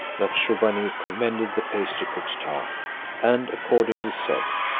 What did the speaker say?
that shubbaunee commended the pastry-cook's tart and accordingly said,